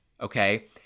okay